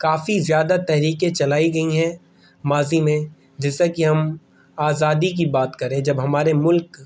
کافی زیادہ تحریکیں چلائی گئی ہیں ماضی میں جیسا کہ ہم آزادی کی بات کریں جب ہمارے ملک